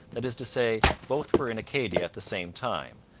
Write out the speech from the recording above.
that is to say, both were in acadia at the same time,